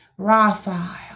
raphael